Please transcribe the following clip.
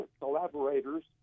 collaborators